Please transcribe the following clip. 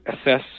assess